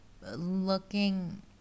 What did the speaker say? looking